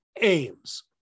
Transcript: aims